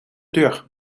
deur